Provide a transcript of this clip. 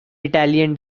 italian